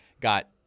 got